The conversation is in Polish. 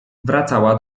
wracała